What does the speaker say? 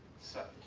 so,